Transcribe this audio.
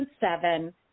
Seven